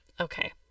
Okay